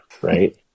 right